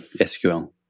sql